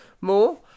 more